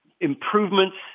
improvements